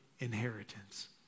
inheritance